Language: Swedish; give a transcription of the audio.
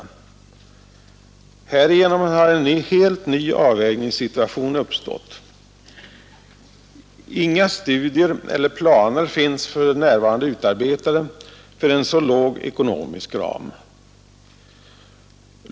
Härigenom har en helt ny avvägningssituation uppstått. Inga studier har gjorts, och inga planer finns för närvarande utarbetade för en så låg ekonomisk ram.